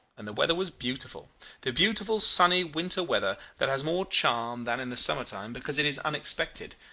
and the weather was beautiful the beautiful sunny winter weather that has more charm than in the summer-time, because it is unexpected,